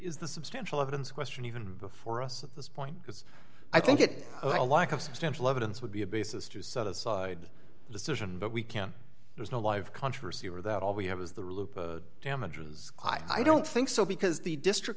the substantial evidence question even before us at this point because i think it a lack of substantial evidence would be a basis to set aside the decision but we can't there's no live controversy over that all we have is the damages i don't think so because the district